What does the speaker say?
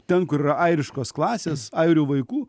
ten kur yra airiškos klasės airių vaikų